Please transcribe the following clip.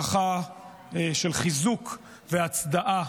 ברכה של חיזוק והצדעה